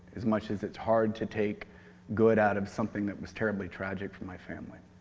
as much as it's hard to take good out of something that was terribly tragic for my family.